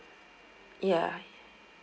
ya